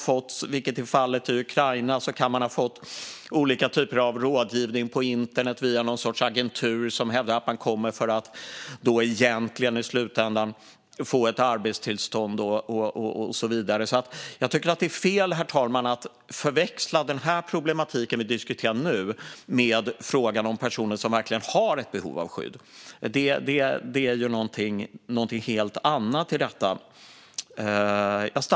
När det gäller Ukraina kan man ha fått olika typer av rådgivning på internet via någon sorts agentur som hävdar att man kommer för att egentligen i slutändan få ett arbetstillstånd. Jag tycker att det är fel, herr talman, att förväxla den här problematiken som vi diskuterar nu med frågan om personer som verkligen har ett behov av skydd. Det är ju någonting helt annat.